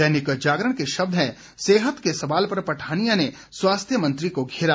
दैनिक जागरण के शब्द हैं सेहत के सवाल पर पठानिया ने स्वास्थ्य मंत्री को घेरा